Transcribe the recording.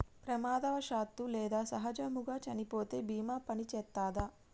ప్రమాదవశాత్తు లేదా సహజముగా చనిపోతే బీమా పనిచేత్తదా?